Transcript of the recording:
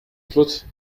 fluss